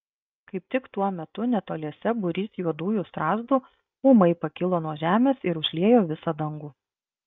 kaip tik tuo metu netoliese būrys juodųjų strazdų ūmai pakilo nuo žemės ir užliejo visą dangų